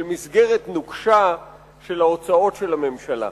של מסגרת נוקשה של ההוצאות של הממשלה?